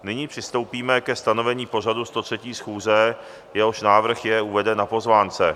Nyní přistoupíme ke stanovení pořadu 103. schůze, jehož návrh je uveden na pozvánce.